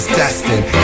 destined